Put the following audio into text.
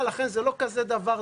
לכן, זה לא דבר כזה דרמטי.